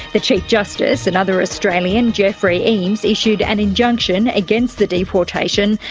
the chief justice another australian, geoffrey eames, issued an injunction against the deportation,